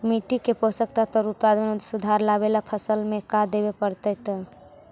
मिट्टी के पोषक तत्त्व और उत्पादन में सुधार लावे ला फसल में का देबे पड़तै तै?